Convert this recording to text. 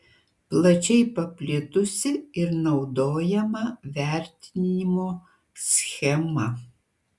plačiai paplitusi ir naudojama vertinimo schema